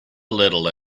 little